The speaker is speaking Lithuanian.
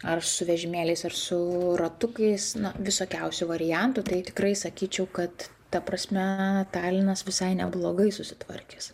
ar su vežimėliais ar su ratukais na visokiausių variantų tai tikrai sakyčiau kad ta prasme talinas visai neblogai susitvarkęs